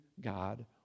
God